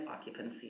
occupancy